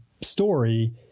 story